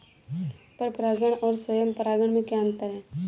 पर परागण और स्वयं परागण में क्या अंतर है?